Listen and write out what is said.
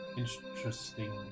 interesting